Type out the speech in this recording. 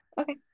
Okay